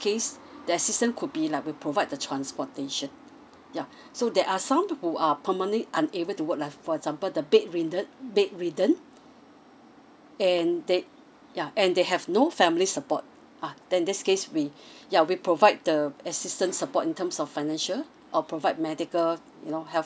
case the assistant could be like we'll provide the transportation yeah so there are some who are permanently unable to work like for example the bed winded bedridden and that yeah and they have no family support ah then in this case we yeah we provide the assistant support in terms of financial or provide medical you know health